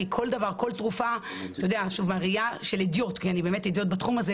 כי כל תרופה בראייה של הדיוט אני באמת הדיוטית בתחום הזה